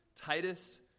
Titus